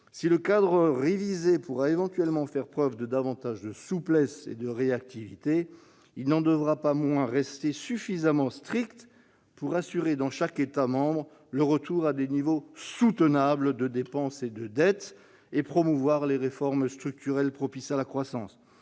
si le cadre révisé pourra éventuellement faire preuve de davantage de souplesse et de réactivité, il n'en devra pas moins rester suffisamment strict pour assurer dans chaque État membre le retour à des niveaux soutenables de dépense et de dette, et promouvoir les réformes structurelles propices à la croissance.